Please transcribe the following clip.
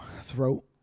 throat